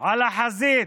על החזית,